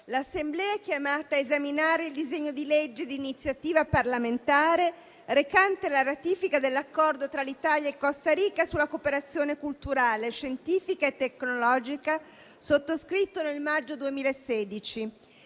L'Assemblea è chiamata ad esaminare il disegno di legge di iniziativa parlamentare recante la ratifica dell'Accordo tra l'Italia e la Costa Rica sulla cooperazione culturale, scientifica e tecnologica, sottoscritto nel maggio 2016.